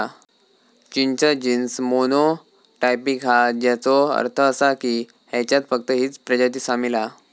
चिंच genes monotypic हा, ज्याचो अर्थ असा की ह्याच्यात फक्त हीच प्रजाती सामील हा